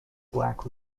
black